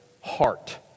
heart